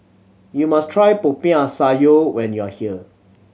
you must try Popiah Sayur when you are here